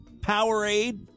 Powerade